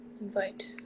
Invite